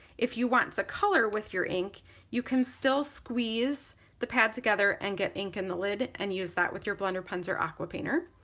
if you want to color with your ink you can still squeeze the pad together and get ink in the lid and use that with your blender pen or aqua painter.